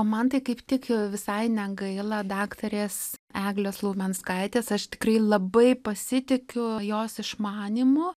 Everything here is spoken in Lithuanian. o man tai kaip tik visai negaila daktarės eglės laumenskaitės aš tikrai labai pasitikiu jos išmanymu